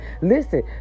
Listen